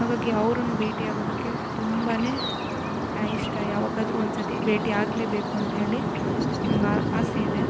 ಹಾಗಾಗಿ ಅವ್ರನ್ನು ಭೇಟಿಯಾಗೋದಕ್ಕೆ ತುಂಬ ಇಷ್ಟ ಯಾವಾಗ್ಲಾದ್ರು ಒಂದು ಸರ್ತಿ ಭೇಟಿ ಆಗಲೇಬೇಕು ಅಂತ ಹೇಳಿ ನಂಗೆ ಆಸೆ ಇದೆ